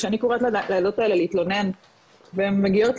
כשאני קוראת לילדות האלה להתלונן והן מגיעות